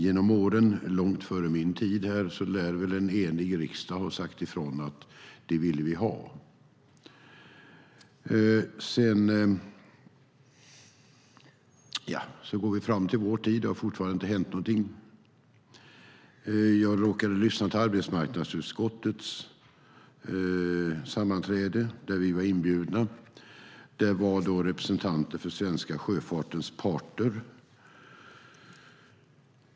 Långt före min tid lär en enig riksdag ha sagt att man vill ha det, men fram till vår tid har det fortfarande inte hänt något. Jag råkade lyssna till arbetsmarknadsutskottets sammanträde, som vi var inbjudna till. Där var representanter från svenska sjöfartens parter.